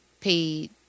paid